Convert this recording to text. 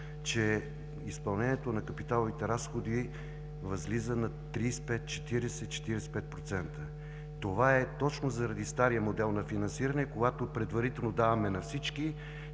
че изпълнението на капиталовите разходи възлиза на 35 – 40 – 45%. Това е точно заради стария модел на финансиране, когато предварително даваме на всички,